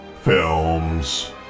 films